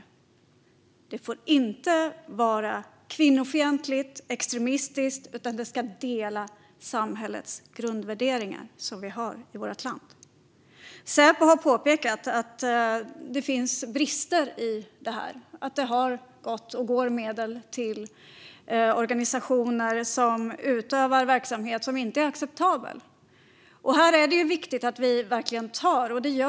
Verksamheten får inte vara kvinnofientlig och extremistisk, utan den ska dela samhällets grundvärderingar - de som vi har i vårt land. Säpo har påpekat att det finns brister i detta. Det har gått, och det går, medel till organisationer som utövar verksamhet som inte är acceptabel. Här är det viktigt att säga att vi verkligen tar detta på allvar.